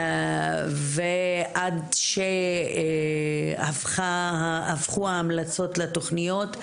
ועד שהפכו ההמלצות לתכניות,